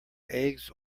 eggs